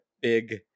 big